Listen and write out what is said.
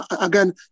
Again